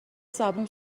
زبون